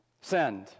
Send